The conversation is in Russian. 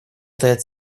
таят